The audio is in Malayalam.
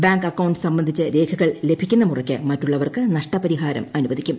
ബാങ്ക് അക്കൌണ്ട് സംബന്ധിച്ച് രേഖകൾ ലഭിക്കുന്ന മുറയ്ക്ക് മറ്റുള്ളവർക്ക് നഷ്ടപരിഹാരം അനുവദിക്കും